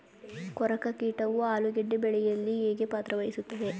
ಕೊರಕ ಕೀಟವು ಆಲೂಗೆಡ್ಡೆ ಬೆಳೆಯಲ್ಲಿ ಹೇಗೆ ಪಾತ್ರ ವಹಿಸುತ್ತವೆ?